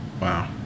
Wow